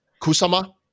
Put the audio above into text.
Kusama